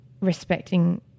respecting